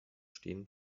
stehen